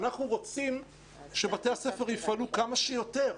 אנחנו רוצים שבתי הספר יפעלו כמה שיותר,